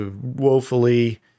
woefully